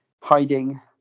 hiding